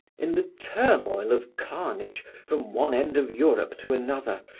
in the turmoil of carnage from one end of europe to another,